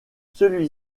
celui